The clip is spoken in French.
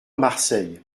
marseille